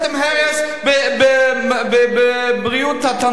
ואני לא אגיד לכם שעשיתם הרס בבריאות התלמיד,